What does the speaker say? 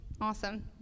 Awesome